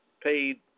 paid